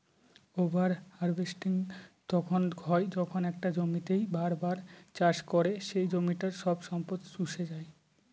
over harvesting তখন হয় যখন একটা জমিতেই বার বার চাষ করে সে জমিটার সব সম্পদ শুষে যাই